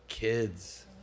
Kids